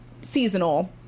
seasonal